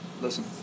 listen